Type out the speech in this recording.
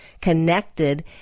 connected